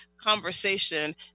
conversation